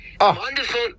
wonderful